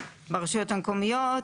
ברשויות המקומיות,